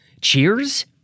Cheers